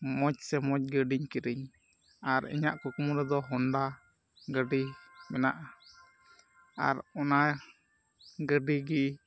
ᱢᱚᱡᱽ ᱥᱮ ᱢᱚᱡᱽ ᱜᱟᱹᱰᱤᱧ ᱠᱤᱨᱤᱧᱟ ᱟᱨ ᱤᱧᱟᱹᱜ ᱠᱩᱠᱢᱩ ᱨᱮᱫᱚ ᱦᱳᱱᱰᱟ ᱜᱟᱹᱰᱤ ᱢᱮᱱᱟᱜᱼᱟ ᱟᱨ ᱚᱱᱟ ᱜᱟᱹᱰᱤᱜᱮ